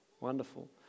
wonderful